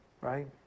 Right